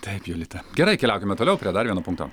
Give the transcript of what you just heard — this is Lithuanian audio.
taip jolita gerai keliaukime toliau prie dar vieno punkto